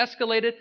escalated